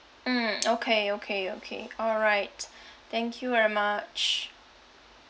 mm okay okay okay all right thank you very much